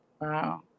Wow